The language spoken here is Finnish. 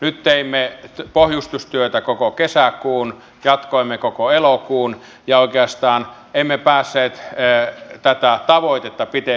nyt teimme pohjustustyötä koko kesäkuun jatkoimme koko elokuun ja oikeastaan emme päässeet tätä tavoitetta pidemmälle